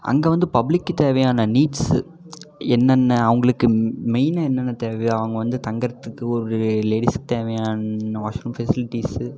அங்கே வந்து பப்ளிக்குத் தேவையான நீட்ஸு என்னென்ன அவங்களுக்கு மெயினாக என்னென்ன தேவையோ அவங்க வந்து தங்கறத்துக்கு ஒரு லேடிஸுக்குத் தேவையான வாஷ் ரூம் ஃபெசிலிட்டிஸ்ஸு